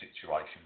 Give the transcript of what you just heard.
situation